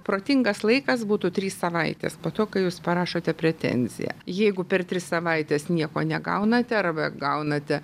protingas laikas būtų trys savaitės po to kai jūs parašote pretenziją jeigu per tris savaites nieko negaunate arba gaunate